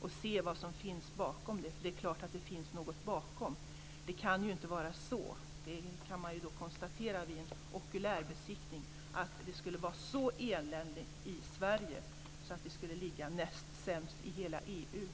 och se vad som finns bakom dem. Det är klart att det finns något bakom. Det kan ju inte vara sant, det kan man konstatera vid en okulärbesiktning, att det skulle vara så eländigt i Sverige att vi skulle ligga näst sämst till i hela EU.